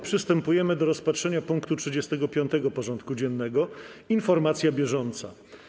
Przystępujemy do rozpatrzenia punktu 35. porządku dziennego: Informacja bieżąca.